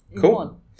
Cool